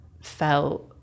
felt